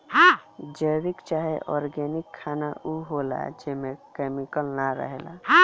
जैविक चाहे ऑर्गेनिक खाना उ होला जेमे केमिकल ना रहेला